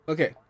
Okay